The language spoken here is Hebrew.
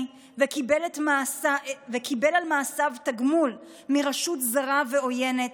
וקיבל על מעשיו תגמול מרשות זרה ועוינת,